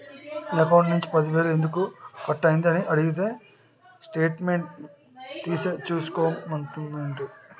నా అకౌంట్ నుంచి పది వేలు ఎందుకు కట్ అయ్యింది అని అడిగితే స్టేట్మెంట్ తీసే చూసుకో మంతండేటి